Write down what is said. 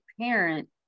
parent